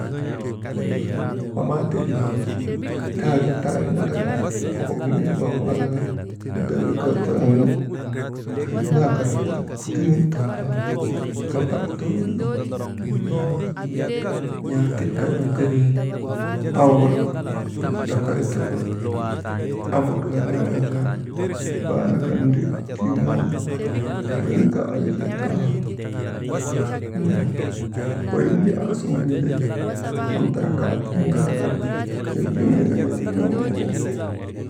Mama teri maŋ taariŋ taa riŋ an «Hesitation» n̰aatiŋ kay waŋ kelee aa wirnu nokoy tegu, am wurŋan won jaa bee alkan ndrip tirŋan, lel ta awchataa n̰ey weyiv aasuvun milari, kalak, kalak n̰iŋgalagu, hediyee nuŋgu.